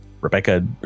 rebecca